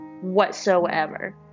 whatsoever